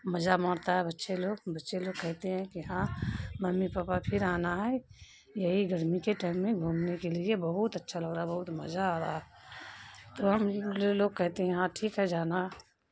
مزہ مارتا ہے بچے لوگ بچے لوگ کہتے ہیں کہ ہاں ممی پاپا پھر آنا ہے یہی گرمی کے ٹائم میں گھومنے کے لیے بہت اچھا لگ رہا ہے بہت مزہ آ رہا ہے تو ہم لوگ کہتے ہیں ہاں ٹھیک ہے جانا